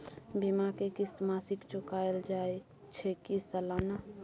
बीमा के किस्त मासिक चुकायल जाए छै की सालाना?